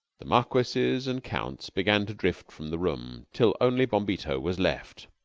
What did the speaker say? the marquises and counts began to drift from the room, till only bombito was left.